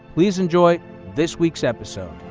please enjoy this week's episode.